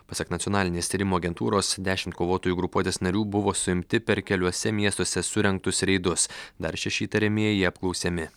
pasak nacionalinės tyrimų agentūros dešimt kovotojų grupuotės narių buvo suimti per keliuose miestuose surengtus reidus dar šeši įtariamieji apklausiami